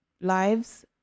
lives